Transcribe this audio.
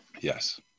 Yes